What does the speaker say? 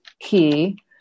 key